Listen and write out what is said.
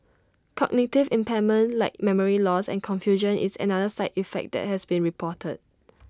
cognitive impairment like memory loss and confusion is another side effect that has been reported